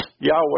Yahweh